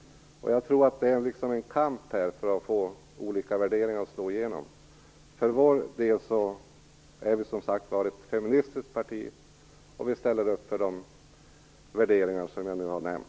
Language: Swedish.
Jag tror att det liksom är en kamp för att få olika värderingar att slå igenom. För vår del är vi som sagt ett feministiskt parti, och vi ställer upp för de värderingar som jag nu har nämnt.